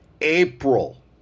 April